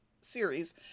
series